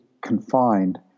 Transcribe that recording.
confined